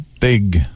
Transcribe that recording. big